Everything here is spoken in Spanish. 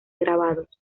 grabados